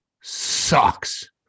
sucks